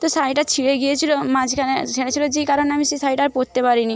তো শাড়িটা ছিঁড়ে গিয়েছিলো মাঝখানে ছেঁড়া ছিলো যেই কারণে আমি সেই শাড়িটা আর পরতে পারিনি